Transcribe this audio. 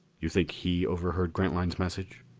you think he overheard grantline's message?